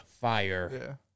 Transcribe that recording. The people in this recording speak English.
fire